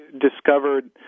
discovered